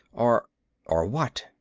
or or what?